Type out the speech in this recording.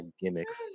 gimmicks